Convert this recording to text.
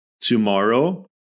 Tomorrow